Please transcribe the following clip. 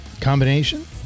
combination